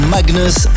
Magnus